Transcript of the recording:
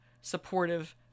supportive